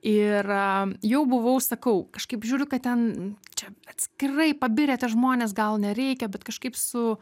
ir jau buvau sakau kažkaip žiūriu kad ten čia atskirai pabirę tie žmonės gal nereikia bet kažkaip su